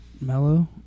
Mellow